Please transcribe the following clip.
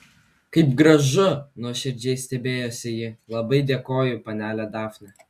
kaip gražu nuoširdžiai stebėjosi ji labai dėkoju panele dafne